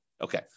Okay